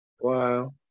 Wow